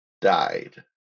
died